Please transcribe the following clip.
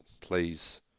please